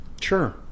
Sure